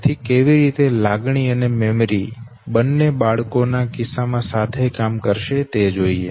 તેથી કેવી રીતે લાગણી અને મેમરી બંને બાળકો ના કિસ્સામાં સાથે કામ કરશે તે જોઈએ